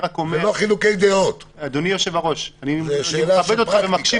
אלה לא חילוקי דעות, זאת שאלה של פרקטיקה.